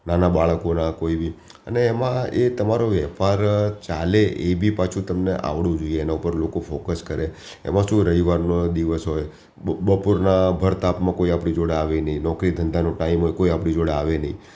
નાના બાળકોનાં કોઈ બી અને એમાં એ તમારો વેપાર ચાલે એ બી પાછું તમને આવડવું જોઈએ એના પર લોકો ફોકસ કરે એમાં શું રવિવારનો દિવસ હોય બ બપોરના ભર તાપમાં કોઈ આપણી જોડે આવે નહીં નોકરી ધંધાનો ટાઈમ હોય કોઈ આપણી જોડે આવે નહીં